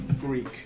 Greek